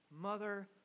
Mother